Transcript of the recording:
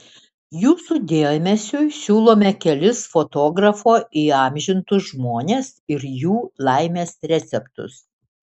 jūsų dėmesiui siūlome kelis fotografo įamžintus žmones ir jų laimės receptus